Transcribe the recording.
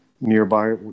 nearby